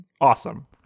Awesome